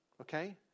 Okay